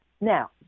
Now